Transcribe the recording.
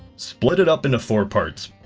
split it up into four parts.